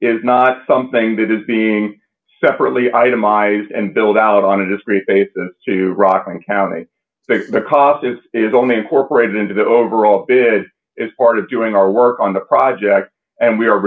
is not something that is being separately itemised and build out on a discreet basis to rockland county because it is only a corporation into the overall it is part of doing our work on the project and we are